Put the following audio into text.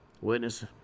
Witness